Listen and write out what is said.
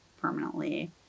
permanently